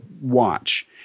watch